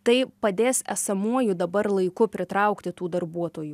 tai padės esamuoju dabar laiku pritraukti tų darbuotojų